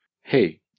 Hey